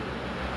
really